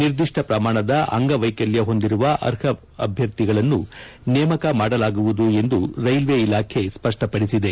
ನಿರ್ದಿಷ್ಟ ಪ್ರಮಾಣದ ಅಂಗವೈಕಲ್ಯ ಹೊಂದಿರುವ ಅರ್ಪ ಅಭ್ಯರ್ಥಿಗಳನ್ನು ನೇಮಕ ಮಾಡಲಾಗುವುದು ಎಂದು ರೈಲ್ವೆ ಇಲಾಖೆ ಸ್ಪಷ್ಟಪಡಿಸಿದೆ